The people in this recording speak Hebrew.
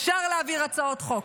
אפשר להעביר הצעות חוק,